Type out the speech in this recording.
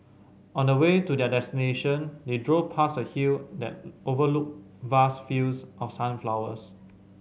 on the way to their destination they drove past a hill that overlooked vast fields of sunflowers